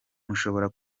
mushobora